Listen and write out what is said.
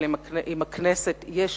אבל עם הכנסת יש ויש,